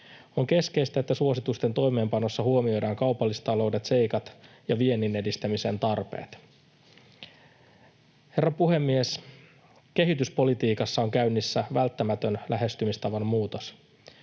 On keskeistä, että suositusten toimeenpanossa huomioidaan kaupallistaloudelliset seikat ja viennin edistämisen tarpeet. Herra puhemies! Kehityspolitiikassa on käynnissä välttämätön lähestymistavan muutos.